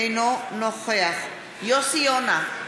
אינו נוכח יוסי יונה,